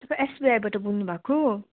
तपाईँ एसबीआईबाट बोल्नुभएको